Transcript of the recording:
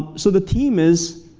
so the theme is,